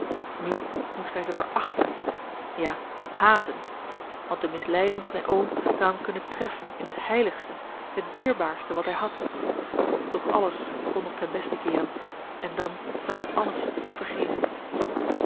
nu moest hij ze verachten ja haten want de misleiding van zijn oom zou hem kunnen treffen in het heiligste het dierbaarste wat hij had doch alles kon nog ten beste keeren en dan zou hij alles vergeten